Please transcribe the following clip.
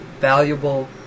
valuable